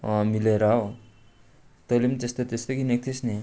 अँ मिलेर हो तैँले पनि त्यस्तो त्यस्तै किनेको थिइस् नि